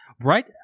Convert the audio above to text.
right